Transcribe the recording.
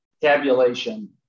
tabulation